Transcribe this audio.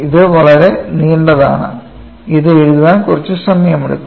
ഇത് വളരെ നീണ്ടതാണ് ഇത് എഴുതാൻ കുറച്ച് സമയമെടുക്കുക